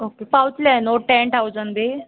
okay पावतले न्हू ten thousand बी